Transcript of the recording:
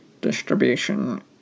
distribution